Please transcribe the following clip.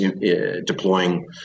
deploying